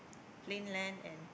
plain land and